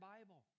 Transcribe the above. Bible